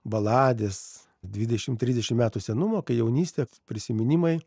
balades dvidešimt trisdešimt metų senumo kaip jaunystė prisiminimai